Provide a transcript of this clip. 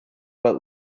but